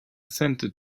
sainte